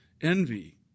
envy